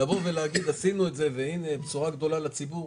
להגיד, עשינו את זה, והינה, בשורה גדולה לציבור,